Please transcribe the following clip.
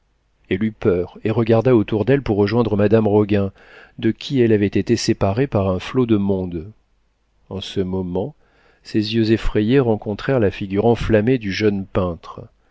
elle eut peur et regarda autour d'elle pour rejoindre madame roguin de qui elle avait été séparée par un flot de monde en ce moment ses yeux effrayés rencontrèrent la figure enflammée du jeune peintre